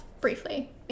briefly